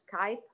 Skype